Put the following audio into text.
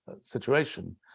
situation